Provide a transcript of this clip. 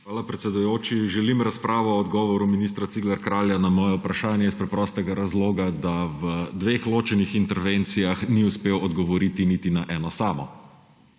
Hvala, predsedujoči. Želim razpravo o odgovoru ministra Cigler Kralja na moje vprašanje iz preprostega razloga, da v dveh ločenih intervencijah ni uspel odgovoriti niti na eno samo.